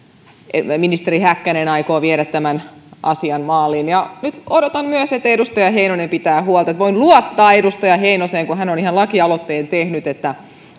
ministeri häkkänen aikoo viedä tämän asian maaliin nyt odotan myös että edustaja heinonen pitää huolta että voin luottaa edustaja heinoseen kun hän on ihan lakialoitteen tehnyt että